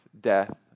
death